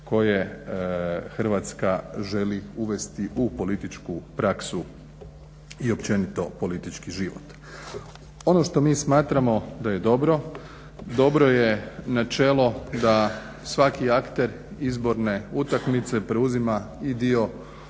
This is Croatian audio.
koje Hrvatska želi uvesti u političku praksu i općenito politički život. Ono što mi smatramo da je dobro, dobro je načelo da svaki akter izborne utakmice preuzima i dio